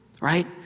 right